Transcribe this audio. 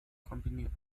kombiniert